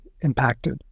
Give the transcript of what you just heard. impacted